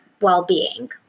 well-being